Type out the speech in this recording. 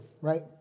right